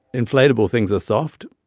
inflatable things are soft.